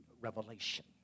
revelation